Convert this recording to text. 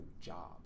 job